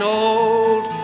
old